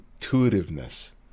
intuitiveness